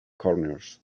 corners